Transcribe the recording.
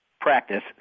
practice